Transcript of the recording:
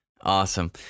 Awesome